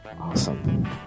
awesome